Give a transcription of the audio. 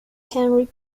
henry